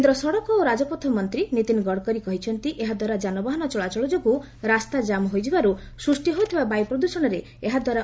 କେନ୍ଦ୍ର ସଡ଼କ ଓ ରାଜପଥ ମନ୍ତ୍ରୀ ନୀତିନ ଗଡକରୀ କହିଛନ୍ତି ଏହାଦ୍ୱାରା ଯାନବାହନ ଚଳାଚଳ ଯୋଗୁଁ ରାସ୍ତା କାମ୍ ହୋଇଯିବାରୁ ସୃଷ୍ଟି ହେଉଥିବା ବାୟୁ ପ୍ରଦୃଷଣରେ ଏହାଦ୍ୱାରା ଉନ୍ନତି ହୋଇପାରିବ